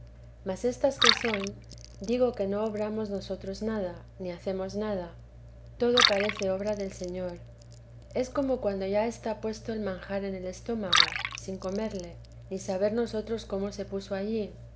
mas éstas que son digo que no obramos nosotros nada ni hacemos nada todo parece obra del señor es como cuando ya está puesto el manjar en el estómago sin comerle ni saber nosotros cómo se puso allí